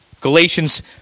Galatians